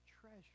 treasure